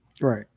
Right